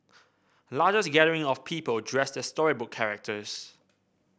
largest gathering of people dressed as storybook characters